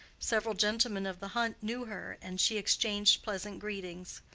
several gentlemen of the hunt knew her, and she exchanged pleasant greetings.